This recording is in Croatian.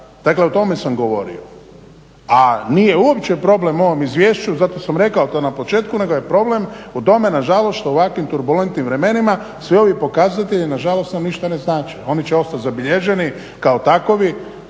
Dakle o tome sam govorio. A nije uopće problem u ovom izvješću, zato sam rekao to na početku nego je problem u tome nažalost što u ovakvim turbulentnim vremenima svi ovi pokazatelji nam nažalost ništa ne znače. Oni će ostati zabilježeni kao takovi,